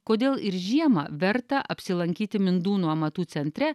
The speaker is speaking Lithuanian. kodėl ir žiemą verta apsilankyti mindūnų amatų centre